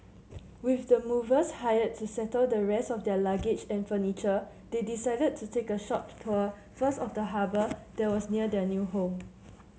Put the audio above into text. with the movers hired to settle the rest of their luggage and furniture they decided to take a short tour first of the harbour that was near their new home